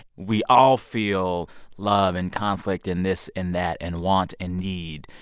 we all feel love and conflict and this and that and want and need.